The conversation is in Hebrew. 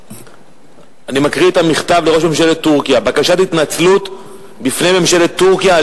אני רוצה לקרוא מכתב התנצלות לראש ממשלת טורקיה,